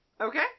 Okay